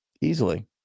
Easily